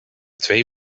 twee